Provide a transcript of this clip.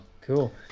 Cool